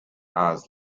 eyes